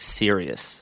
serious